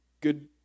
good